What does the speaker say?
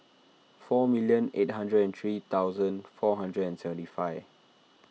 four million eight hundred and three thousand four hundred and seventy five